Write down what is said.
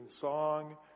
song